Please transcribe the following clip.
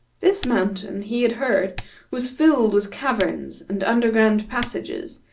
this mountain he had heard was filled with caverns and under-ground passages,